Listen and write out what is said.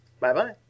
Bye-bye